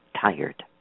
tired